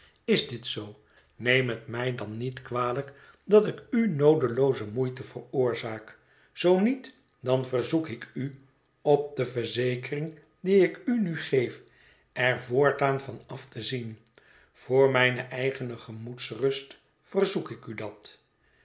is dit zoo neem het mij dan niet kwalijk dat ik u noodelooze moeite veroorzaak zoo niet dan verzoek ik u op de verzekering die ik u nu geef er voortaan van af te zien voor mijne eigene gemoedsrust verzoek ik u dat